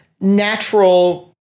natural